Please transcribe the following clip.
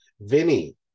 Vinny